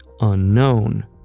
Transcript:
unknown